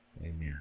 Amen